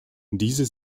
diese